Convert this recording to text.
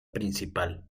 principal